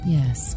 Yes